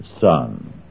son